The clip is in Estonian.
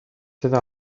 seda